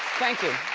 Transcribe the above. thank you.